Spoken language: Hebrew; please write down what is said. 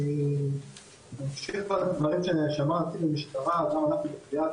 אני חושב על הדברים ששמעתי מהמשטרה -- (קו משובש)